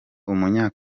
umunya